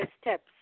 steps